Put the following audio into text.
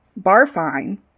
Barfine